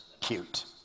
cute